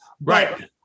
Right